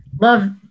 Love